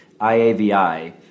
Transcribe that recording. IAVI